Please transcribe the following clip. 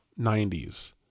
90s